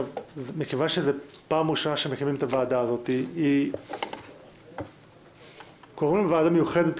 מכיוון שזו הפעם הראשונה שמקימים את הוועדה הזאת קוראים ועדה מיוחדת,